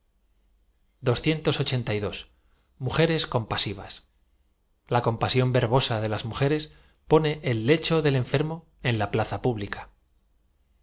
mujeres compasivas l a compasión verbosa de laa mieres pone e l lecho del enfermo en la plaza pública